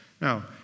Now